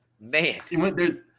Man